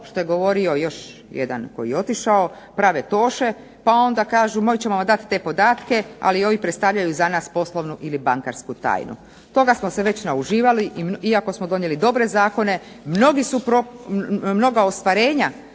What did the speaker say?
što je govorio još jedan koji je otišao prave toše. Pa onda kažu .../Govornica se ne razumije./... dati te podatke, ali oni predstavljaju za nas poslovnu ili bankarsku tajnu. Toga smo se već nauživali, iako smo donijeli dobre zakone. Mnoga ostvarenja